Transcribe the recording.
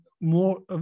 more